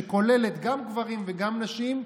שכוללת גם גברים וגם נשים,